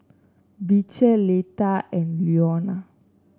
Beecher Leta and Leona